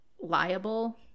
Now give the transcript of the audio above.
liable